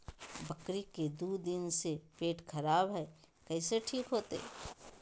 बकरी के दू दिन से पेट खराब है, कैसे ठीक होतैय?